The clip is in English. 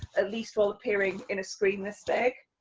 at least while appearing in a screen this big,